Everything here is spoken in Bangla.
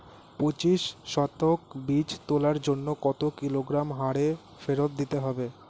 পঁচিশ শতক বীজ তলার জন্য কত কিলোগ্রাম হারে ফোরেট দিতে হবে?